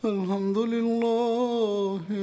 Alhamdulillah